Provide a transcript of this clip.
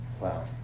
Wow